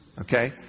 okay